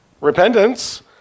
repentance